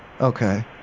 Okay